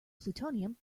plutonium